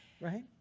Right